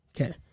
Okay